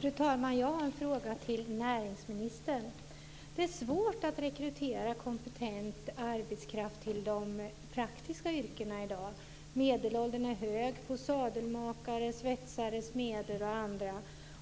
Fru talman! Jag har en fråga till näringsministern. Det är svårt att rekrytera kompetent arbetskraft till de praktiska yrkena i dag. Medelåldern är hög på sadelmakare, svetsare, smeder och andra,